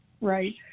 Right